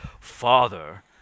father